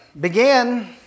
began